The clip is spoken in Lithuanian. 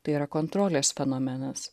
tai yra kontrolės fenomenas